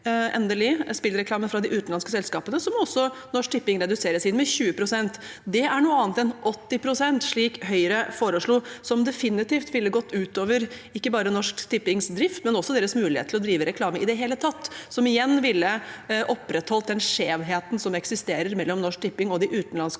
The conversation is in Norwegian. reduserer spillreklame fra de utenlandske selskapene, må også Norsk Tipping redusere sin med 20 pst. Det er noe annet enn 80 pst., slik Høyre foreslo, som definitivt ville gått ut over ikke bare Norsk Tippings drift, men også deres mulighet til å drive reklame i det hele tatt. Det ville igjen opprettholdt den skjevheten som eksisterer mellom Norsk Tipping og de utenlandske,